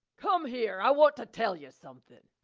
come here. i wanta tell yuh somethin'.